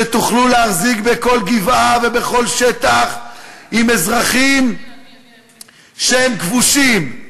שתוכלו להחזיק בכל גבעה ובכל שטח עם אזרחים שהם כבושים.